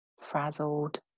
frazzled